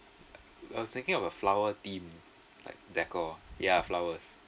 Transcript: I was thinking of a flower theme like deco ya flowers